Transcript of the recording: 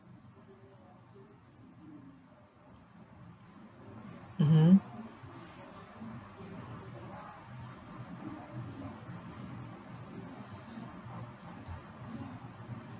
mmhmm